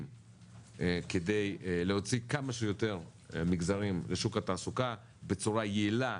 כדי להוציא כמה שיותר מגזרים לשוק התעסוקה בצורה יעילה,